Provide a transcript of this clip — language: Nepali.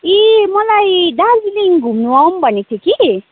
ए मलाई दार्जिलिङ घुम्नु आउँ भनेको थिएँ कि